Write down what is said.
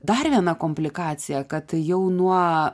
dar vieną komplikaciją kad jau nuo